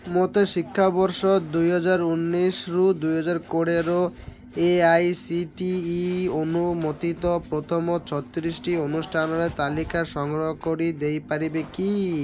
ମୋତେ ଶିକ୍ଷାବର୍ଷ ଦୁଇ ହଜାର ଉନେଇଶିରୁ ଦୁଇ ହଜାର କୋଡ଼ିଏର A I C T E ଅନୁମୋଦିତ ପ୍ରଥମ ଛତିଶିଟି ଅନୁଷ୍ଠାନର ତାଲିକା ସଂଗ୍ରହ କରି ଦେଇପାରିବ କି